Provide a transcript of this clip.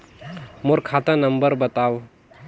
मोर खाता नम्बर बताव?